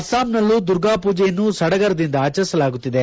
ಅಸ್ಸಾಂನಲ್ಲೂ ದುರ್ಗಾ ಪೂಜೆಯನ್ನು ಸಡಗರದಿಂದ ಆಚರಿಸಲಾಗುತ್ತಿದೆ